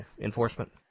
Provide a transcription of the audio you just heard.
enforcement